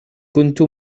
كنت